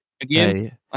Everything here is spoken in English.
again